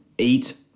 Eat